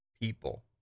people